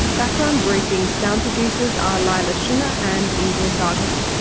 background briefing's sound producers are leila shunnar and ingrid wagner.